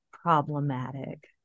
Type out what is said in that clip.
Problematic